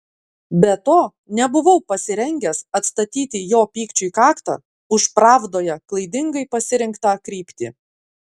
be to nebuvau pasirengęs atstatyti jo pykčiui kaktą už pravdoje klaidingai pasirinktą kryptį